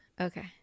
Okay